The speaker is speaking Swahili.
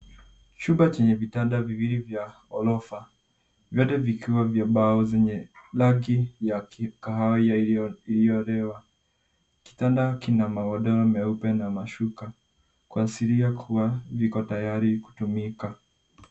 Chumba chenye vitanda viwili vya orofa vyote vikiwa vya mbao zenye rangi ya kahawia iliyokolea. Kitanda kina magodoro meupe na mashuka kuashiria kua viko tayari kutumika.